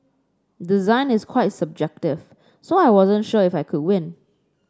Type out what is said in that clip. design is quite subjective so I wasn't sure if I could win